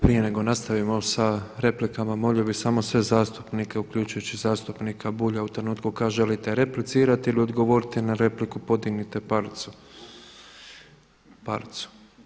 Prije nego nastavimo sa replikama molimo bih samo sve zastupnike uključujući i zastupnika Bulja u trenutku kada želite replicirati ili odgovoriti na repliku podignite palicu.